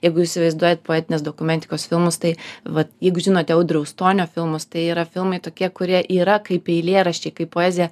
jeigu įsivaizduojat poetinės dokumentikos filmus tai vat jeigu žinote audriaus stonio filmus tai yra filmai tokie kurie yra kaip eilėraščiai kaip poezija